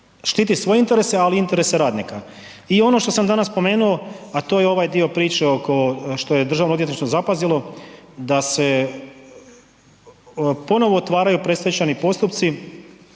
štiti svoje interese, ali i interese radnika? I ono što sam danas spomenuo, a to je ovaj dio priče oko, što je državno odvjetništvo zapazilo da se ponovo otvaraju predstečajni postupci